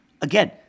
Again